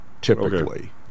typically